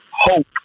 hope